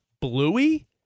Bluey